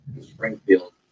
Springfield